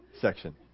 section